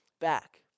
back